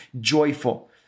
joyful